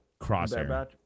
Crosshair